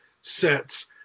sets